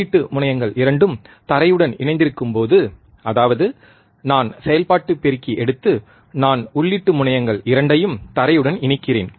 உள்ளீட்டு முனையங்கள் இரண்டும் தரையுடன் இணைந்திருக்கும்போது அதாவது நான் செயல்பாட்டு பெருக்கி எடுத்து நான் உள்ளீட்டு முனையங்கள் இரண்டையும் தரையுடன் இணைக்கிறேன்